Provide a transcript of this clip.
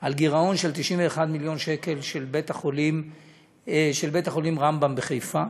על גירעון של 91 מיליון שקל של בית-החולים רמב"ם בחיפה.